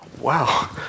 Wow